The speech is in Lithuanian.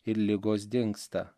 ir ligos dingsta